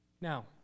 Now